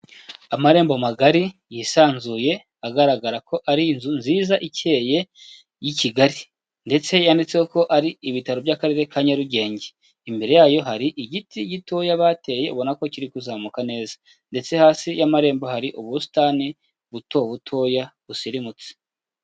Amarembo magari yisanzuye agaragara ko ari inzu nziza ikeye y'i Kigali ndetse yanditseho ko ari Ibitaro by'Akarere ka Nyarugenge, imbere yayo hari igiti gitoya bateye ibona ko kiri kuzamuka neza ndetse hasi y'amarembo hari ubusitani buto butoya busirimutse.